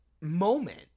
moment